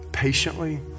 patiently